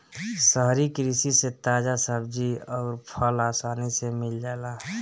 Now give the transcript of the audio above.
शहरी कृषि से ताजा सब्जी अउर फल आसानी से मिल जाला